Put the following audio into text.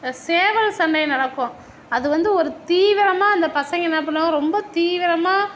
இந்த சேவல் சண்டை நடக்கும் அது வந்து ஒரு தீவிரமாக இந்த பசங்க என்ன பண்ணுவாங்க ரொம்ப தீவிரமாக